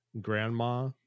grandma